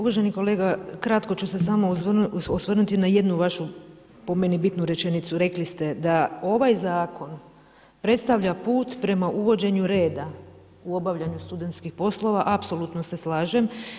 Uvaženi kolega, kratko ću se samo osvrnuti na jednu vašu, po meni bitnu ročnicu, rekli ste da ovaj zakon, predstavlja put prema uvođenju redu u obavljanju studentskih poslova, apsolutno se slažem.